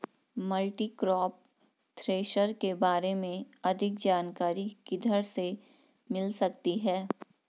Multicrop thresher के बारे में अधिक जानकारी किधर से मिल सकती है?